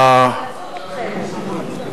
לצוד אתכם.